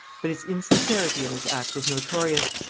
but his insincerity in this act was notorious,